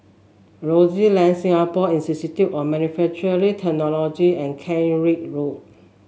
Aroozoo Lane Singapore Institute of Manufacturing Technology and Kent Ridge Road